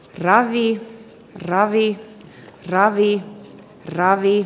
ravi ravi ravi ravi